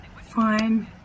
Fine